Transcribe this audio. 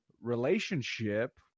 relationship